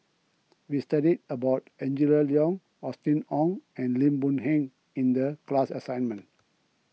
we studied about Angela Liong Austen Ong and Lim Boon Keng in the class assignment